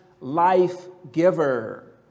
life-giver